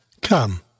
Come